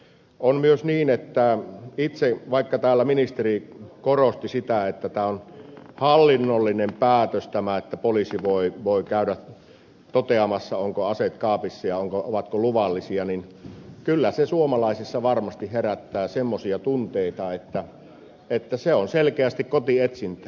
on myös niin että vaikka täällä itse ministeri korosti sitä että tämä on hallinnollinen päätös että poliisi voi käydä toteamassa ovatko aseet kaapissa ja ovatko luvallisia niin kyllä se suomalaisissa varmasti herättää semmoisia tunteita että se on selkeästi kotietsintää